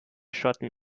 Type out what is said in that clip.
schotten